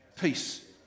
peace